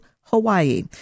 Hawaii